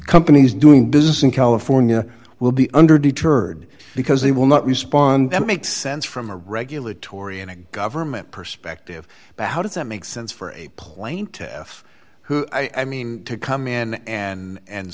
companies doing business in california will be under deterred because they will not respond that makes sense from a regulatory and a government perspective but how does that make sense for a plain teth who i mean to come in and